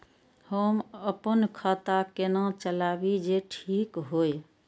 हम अपन खाता केना चलाबी जे ठीक होय?